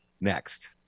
next